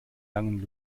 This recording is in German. langen